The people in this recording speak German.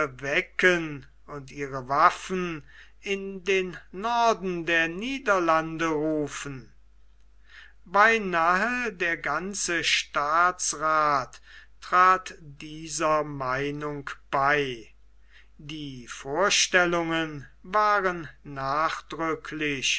wecken und ihre waffen in den norden der niederlande rufen beinahe der ganze staatsrath trat dieser meinung bei die vorstellungen waren nachdrücklich